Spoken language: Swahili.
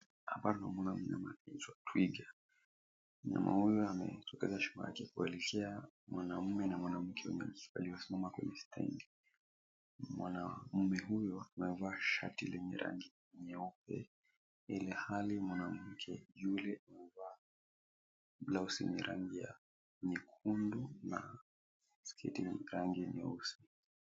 Hapa tunamuona mnyama kichwa twiga. Mnyama huyo ametokeza shingo lake kuelekea mwanamume na mwanamke waliyosimama kwenye stendi. Mwanamume huyo amevaa shati lenye rangi nyeupe ilhali mwanamke yule amevaa blauzi yenye rangi ya nyekundu na sketi yenye rangi ya nyeusi.